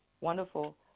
wonderful